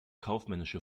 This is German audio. kaufmännische